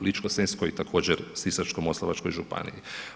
Ličko-senjskoj i također Sisačko-moslavačkoj županiji.